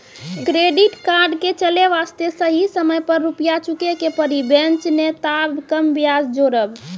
Credit card के चले वास्ते सही समय पर रुपिया चुके के पड़ी बेंच ने ताब कम ब्याज जोरब?